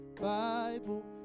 Bible